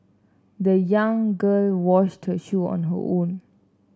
the young girl washed her shoe on her own